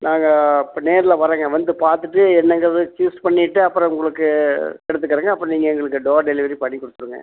நாங்கள் இப்போ நேரில் வரேங்க வந்து பார்த்துட்டு என்னங்கிறதை சூஸ் பண்ணிவிட்டு அப்புறம் உங்களுக்கு எடுத்துக்கிறேங்க அப்புறம் நீங்கள் எங்களுக்கு டோர் டெலிவரி பண்ணி குடுத்துடுங்க